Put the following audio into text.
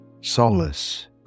solace